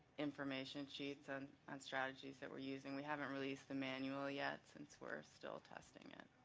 information sheets and on strategies that we're using, we haven't released the manual yet since we're still testing it.